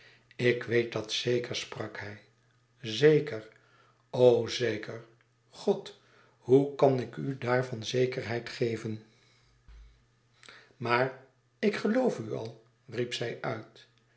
ik weet dat zeker sprak hij zeker o zeker god hoe kan ik u daarvan zekerheid geven maar ik geloof u al riep zij uit